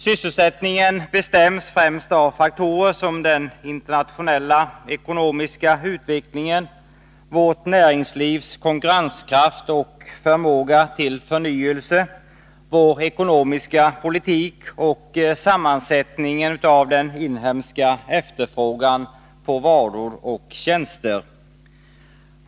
Sysselsättningen bestäms främst av faktorer som den internationella ekonomiska utvecklingen, vårt näringslivs konkurrenskraft och förmåga till förnyelse, vår ekonomiska politik och sammansättningen av den inhemska efterfrågan på varor och tjänster.